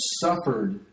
suffered